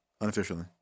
unofficially